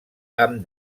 amb